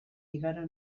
igaro